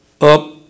up